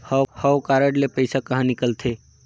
हव कारड ले पइसा कहा निकलथे?